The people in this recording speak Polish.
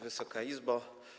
Wysoka Izbo!